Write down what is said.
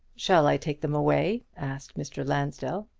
shall i take them away? asked mr. lansdell.